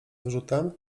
wyrzutem